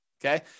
Okay